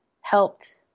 helped